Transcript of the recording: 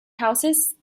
houses